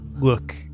look